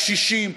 לקשישים,